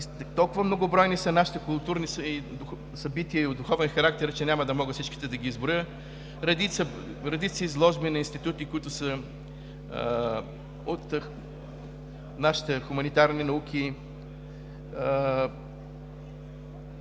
толкова многобройни са нашите културни събития от духовен характер, че няма да мога всичките да ги изброя – редица изложби на институти, които са от нашите хуманитарни науки.